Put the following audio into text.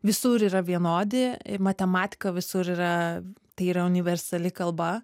visur yra vienodi matematika visur yra tai yra universali kalba